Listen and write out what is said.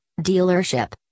dealership